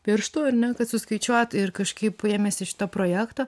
pirštų ar ne kad suskaičiuot ir kažkaip ėmęs iš to projekto